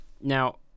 Now